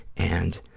and